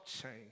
change